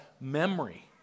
memory